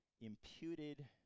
imputed